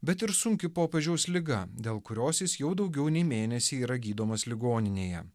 bet ir sunki popiežiaus liga dėl kurios jis jau daugiau nei mėnesį yra gydomas ligoninėje